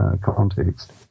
context